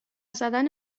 زدن